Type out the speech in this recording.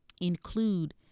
include